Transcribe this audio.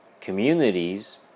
communities